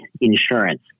insurance